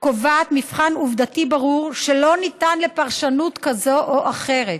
קובעת מבחן עובדתי ברור שלא ניתן לפרשנות כזאת או אחרת.